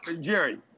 Jerry